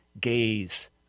gaze